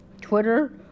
Twitter